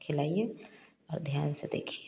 खिलाइए और ध्यान से देखिए